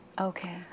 Okay